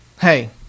Hey